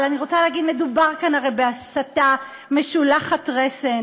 אבל אני רוצה להגיד שמדובר כאן הרי בהסתה משולחת רסן,